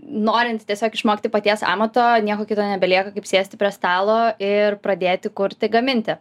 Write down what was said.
norint tiesiog išmokti paties amato nieko kito nebelieka kaip sėsti prie stalo ir pradėti kurti gaminti